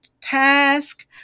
task